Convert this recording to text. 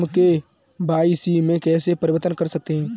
हम के.वाई.सी में कैसे परिवर्तन कर सकते हैं?